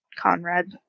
Conrad